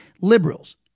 liberals